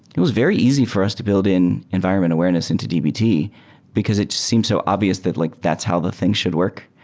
it was very easy for us to build in environment awareness into dbt because it seems so obvious that like that's how the thing should work.